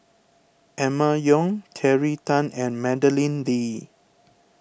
Emma Yong Terry Tan and Madeleine Lee